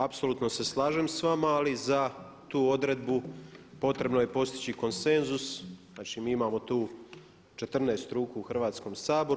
Apsolutno se slažem sa vama, ali za tu odredbu potrebno je postići konsenzus, znači mi imamo tu 14 ruku u Hrvatskom saboru.